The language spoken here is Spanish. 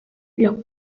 los